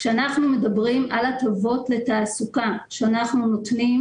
כשאנחנו מדברים על הטבות בתעסוקה שאנחנו נותנים